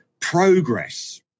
Progress